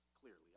clearly